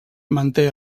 manté